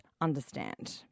understand